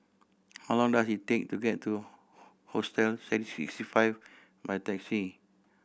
how long does it take to get to Hostel Sixty Five by taxi